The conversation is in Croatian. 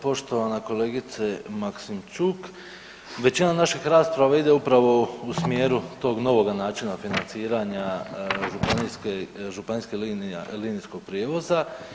Poštovana kolegice Maksimčuk, većina naših rasprava ide upravo u smjeru tog novog načina financiranja županijskog linijskog prijevoza.